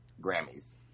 grammys